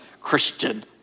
Christian